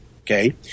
Okay